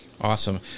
Awesome